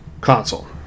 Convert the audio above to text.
Console